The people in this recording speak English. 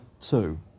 two